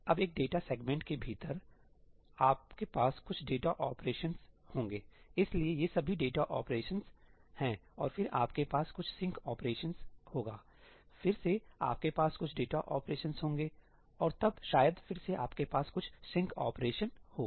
अब एक data segment के भीतर तो आपके पास कुछ डेटा ऑपरेशंसहोंगेइसलिएये सभी डेटा ऑपरेशंस हैं और फिर आपके पास कुछ सिंक ऑपरेशन होगाफिर से आपके पास कुछ डेटा ऑपरेशंस होंगे और तब शायद फिर से आपके पास कुछ सिंक ऑपरेशन हों